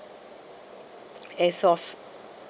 a source